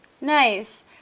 Nice